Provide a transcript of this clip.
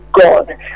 God